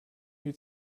wie